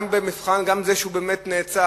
גם במבחן, גם בזה שהוא באמת נעצר,